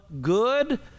good